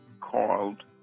called